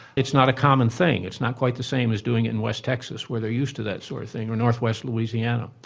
it's not a common thing, it's not quite the same as doing it in west texas where they are used to that sort of thing, or north-west louisiana.